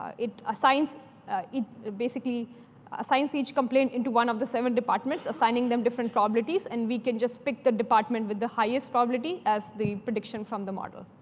ah assigns it basically assigns each complaint into one of the seven departments, assigning them different probabilities. and we can just pick the department with the highest probability as the prediction from the model.